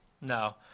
No